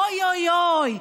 אוי אוי אוי,